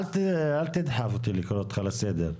אל תדחוף אותי לקרוא אותך לסדר.